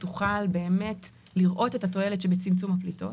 יוכלו לראות את התועלת בצמצום הפליטות